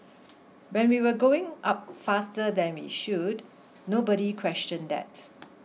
when we were going up faster than we should nobody question that